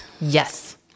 Yes